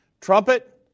trumpet